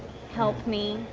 help me,